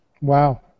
Wow